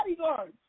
bodyguards